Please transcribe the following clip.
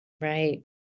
Right